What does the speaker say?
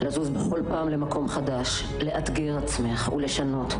בכלל לא ראיתי נשים בסרטים,